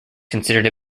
considered